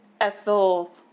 Ethel